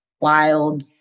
wild